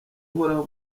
uhoraho